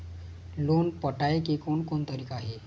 Loan पटाए के कोन कोन तरीका हे?